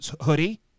hoodie